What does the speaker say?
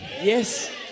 Yes